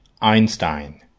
Einstein